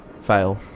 Fail